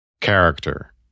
character